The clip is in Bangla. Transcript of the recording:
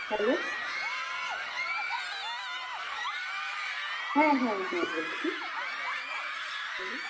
হ্যালো হ্যাঁ হ্যাঁ হ্যাঁ বলছি বলুন